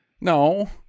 no